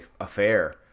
affair